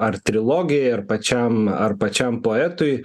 ar trilogija ir pačiam ar pačiam poetui